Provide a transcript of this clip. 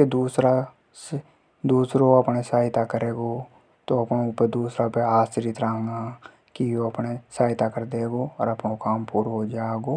के भई यो अपनी सहायता कर देगो तो अपणो काम हो जागो।